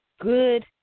good